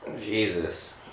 Jesus